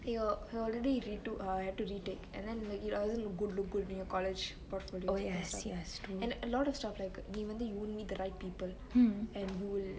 he'll already retook ugh have to retake then it doesn't look good in your college portfolios and a lot of stuff like whether you'll meet the right people and you'll